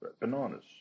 Bananas